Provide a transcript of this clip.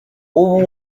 ubu